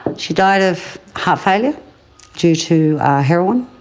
but she died of heart failure due to heroin.